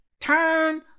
Turn